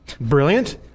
Brilliant